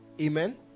Amen